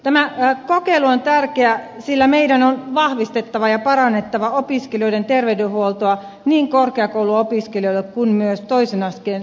tämä kokeilu on tärkeä sillä meidän on vahvistettava ja parannettava opiskelijoiden terveydenhuoltoa niin korkeakouluopiskelijoiden kuin myös toisen asteen opiskelijoiden kohdalla